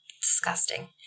Disgusting